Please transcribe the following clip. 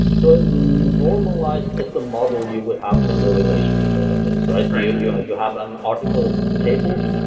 so normalized is the model you would have in the relational database. so you you have an article table,